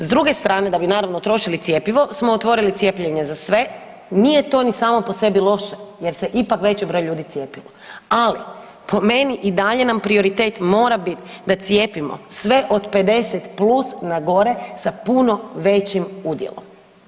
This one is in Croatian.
S druge strane da bi naravno trošili cjepivo smo otvorili cijepljenje za sve, nije to ni samo po sebi loše jer se ipak veći broj ljudi cijepi, ali po meni i dalje nam prioritet mora bit da cijepimo sve od 50+ na gore sa puno većim udjelom.